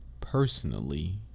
personally